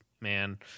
man